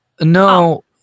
no